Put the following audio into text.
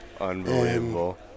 Unbelievable